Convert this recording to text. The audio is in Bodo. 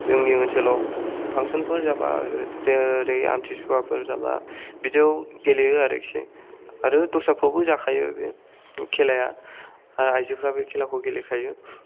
जोंनि ओनसोलाव फांसन फोर जाबा जेरै आमथिसुवाफोर जाबा बिदियाव गेलेयो आरोखि आरो दस्राफोरावबो जाखायो बे खेलाया आरो आयजोफोरा बे खेलाखौ गेलेखायो